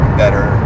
better